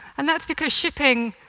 and that's because shipping